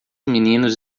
meninos